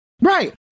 Right